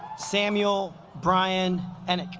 samuel brian and